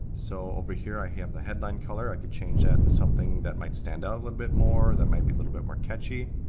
so over here i have the headline color. i could change that to something that might stand ah out a little bit more, that might be a little bit more catchy.